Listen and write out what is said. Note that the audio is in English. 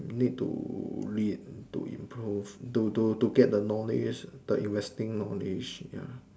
need to lead to improve to to to get the knowledge the investing knowledge ya